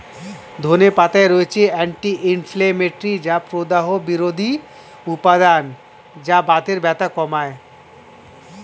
ধনে পাতায় রয়েছে অ্যান্টি ইনফ্লেমেটরি বা প্রদাহ বিরোধী উপাদান যা বাতের ব্যথা কমায়